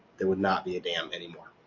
there would not be a dam anymore.